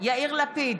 יאיר לפיד,